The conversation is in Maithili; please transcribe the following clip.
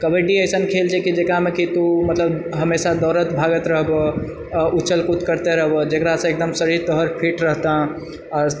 कबड्डी अइसन खेल छै कि जेकरामे कि तू मतलब हमेशा दोड़ैत भागैत रहबह उछलकूद करिते रहबह जेकरासँ एकदम शरीर तोहर फिट रहतह आओर